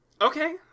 Okay